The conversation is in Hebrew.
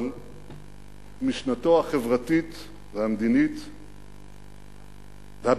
אבל משנתו החברתית והמדינית והביטחונית,